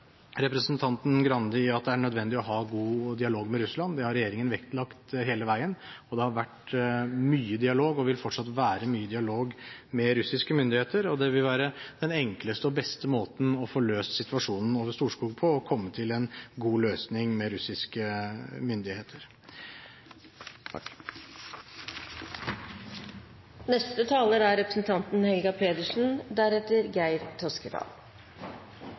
representanten Skei Grande i at det er nødvendig å ha god dialog med Russland. Det har regjeringen vektlagt hele veien. Det har vært mye dialog, og vil fortsatt være mye dialog med russiske myndigheter. Det vil være den enkleste og beste måten å få løst situasjonen over grensen i Storskog på, å komme til en god løsning med russiske myndigheter.